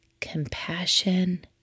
compassion